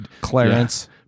Clarence